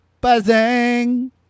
Buzzing